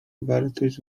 wartość